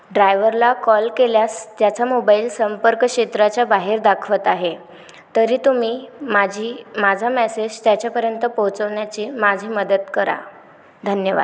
ड्रायवरला कॉल केल्यास त्याचा मोबाईल संपर्कक्षेत्राच्या बाहेर दाखवत आहे तरी तुम्ही माझी माझा मॅसेज त्याच्यापर्यंत पोचवण्याचे माझी मदत करा धन्यवाद